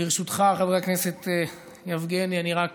ברשותך, חבר הכנסת יבגני סובה, אני רק